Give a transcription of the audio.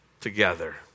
together